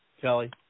Kelly